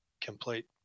complete